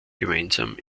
gemeinsam